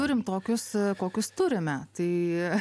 turim tokius kokius turime tai